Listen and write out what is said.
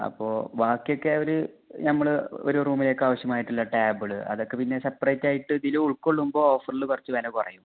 അപ്പോൾ ബാക്കിയൊക്കെ അവർ നമ്മൾ ഒരു റൂമിലേക്ക് ആവശ്യമായിട്ടുള്ള ടേബിള് അതൊക്കെ പിന്നെ സെപ്പറേറ്റ് ആയിട്ട് ഇതിൽ ഉൾക്കൊള്ളുമ്പോൾ ഓഫറിൽ കുറച്ച് വില കുറയും